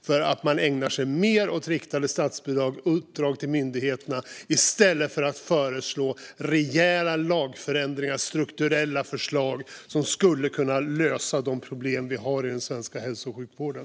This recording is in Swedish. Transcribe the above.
För man ägnar sig mer åt riktade statsbidrag och uppdrag till myndigheterna i stället för att föreslå rejäla lagförändringar och strukturella förslag som skulle kunna lösa de problem som vi har i den svenska hälso och sjukvården.